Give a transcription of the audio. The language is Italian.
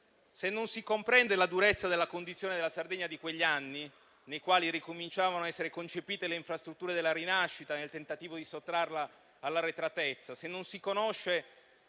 Se non si comprende la durezza della condizione della Sardegna di quegli anni, nei quali ricominciavano a essere concepite le infrastrutture della rinascita nel tentativo di sottrarla all'arretratezza; se non si conosce